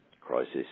crisis